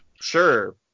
Sure